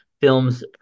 films